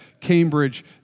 Cambridge